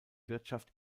wirtschaft